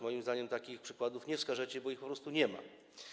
Moim zdaniem takich przykładów nie wskażecie, bo ich po prostu nie ma.